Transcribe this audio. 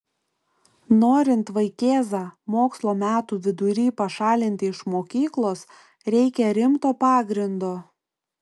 norint vaikėzą mokslo metų vidury pašalinti iš mokyklos reikia rimto pagrindo